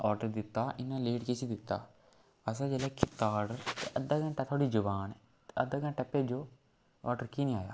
order दित्ता इन्ना late कैह्सी कीता असें जेल्लै कीता आर्डर अद्धा घैंटा थुआढ़ी जबान ऐ ते अद्धा घैंटा भेजो आर्डर की नी आया